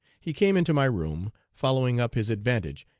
he came into my room, following up his advantage,